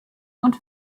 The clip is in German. und